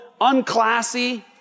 unclassy